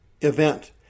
event